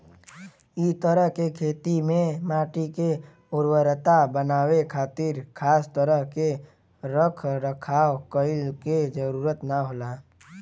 इ तरह के खेती में माटी के उर्वरता बनावे खातिर खास तरह के रख रखाव कईला के जरुरत ना हवे